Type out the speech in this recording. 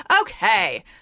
Okay